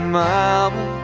mama